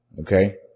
Okay